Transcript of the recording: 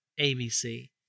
ABC